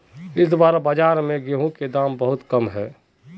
इस बार बाजार में गेंहू के दाम बहुत कम है?